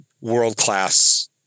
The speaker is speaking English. world-class